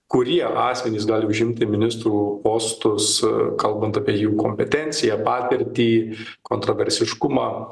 kurie asmenys gali užimti ministrų postus kalbant apie jų kompetenciją patirtį kontraversiškumą